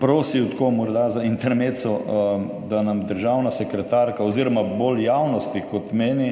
prosil tako morda za intermezzo, da nam državna sekretarka oziroma bolj javnosti kot meni,